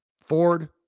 Ford